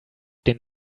den